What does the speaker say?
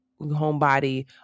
homebody